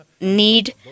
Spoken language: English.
need